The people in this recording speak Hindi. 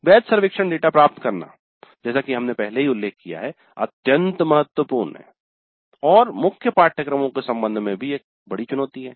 वैध सर्वेक्षण डेटा प्राप्त करना जैसा कि हमने पहले ही उल्लेख किया है अत्यंत महत्वपूर्ण है और मुख्य पाठ्यक्रमों के संबंध में भी यह एक बड़ी चुनौती है